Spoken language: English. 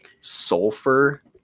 sulfur